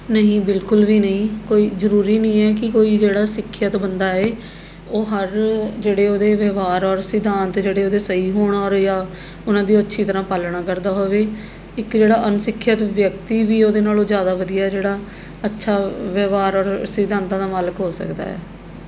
ਨਹੀਂ ਬਿਲਕੁਲ ਵੀ ਨਹੀਂ ਕੋਈ ਜ਼ਰੂਰੀ ਨਹੀਂ ਹੈ ਕਿ ਕੋਈ ਜਿਹੜਾ ਸਿੱਖਿਅਤ ਬੰਦਾ ਏ ਉਹ ਹਰ ਜਿਹੜੇ ਉਹਦੇ ਵਿਵਹਾਰ ਔਰ ਸਿਧਾਂਤ ਜਿਹੜੇ ਉਹਦੇ ਸਹੀ ਹੋਣ ਔਰ ਜਾਂ ਉਹਨਾਂ ਦੀ ਉਹ ਅੱਛੀ ਤਰ੍ਹਾਂ ਪਾਲਣਾ ਕਰਦਾ ਹੋਵੇ ਇੱਕ ਜਿਹੜਾ ਅਨਸਿੱਖਿਅਤ ਵਿਅਕਤੀ ਵੀ ਉਹਦੇ ਨਾਲੋਂ ਜ਼ਿਆਦਾ ਵਧੀਆ ਜਿਹੜਾ ਅੱਛਾ ਵਿਵਹਾਰ ਔਰ ਸਿਧਾਂਤਾਂ ਦਾ ਮਾਲਕ ਹੋ ਸਕਦਾ ਹੈ